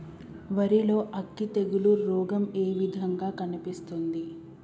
వరి లో అగ్గి తెగులు రోగం ఏ విధంగా కనిపిస్తుంది?